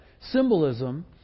symbolism